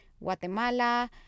Guatemala